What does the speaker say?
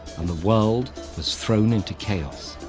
and the world was thrown into chaos.